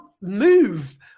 move